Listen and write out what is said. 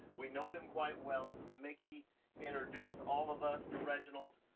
we know them quite well. miki introduced all of us to reginald,